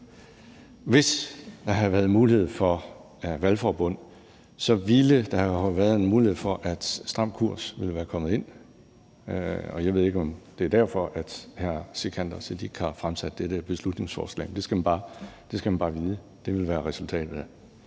hvis der havde været mulighed for valgforbund, så ville der jo have været en mulighed for, at Stram Kurs ville være kommet ind. Jeg ved ikke, om det er derfor, hr. Sikandar Siddique har fremsat dette beslutningsforslag. Men det skal man bare vide. Det ville være resultatet af